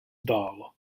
dál